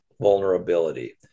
vulnerability